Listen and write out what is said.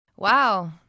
Wow